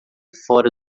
fora